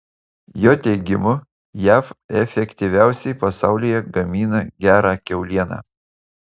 jo teigimu jav efektyviausiai pasaulyje gamina gerą kiaulieną